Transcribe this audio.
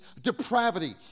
depravity